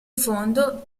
fondo